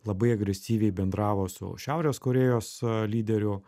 labai agresyviai bendravo su šiaurės korėjos lyderiu